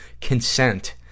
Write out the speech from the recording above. consent